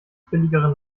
billigere